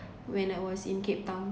when I was in cape town